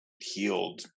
healed